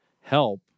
help